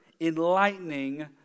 enlightening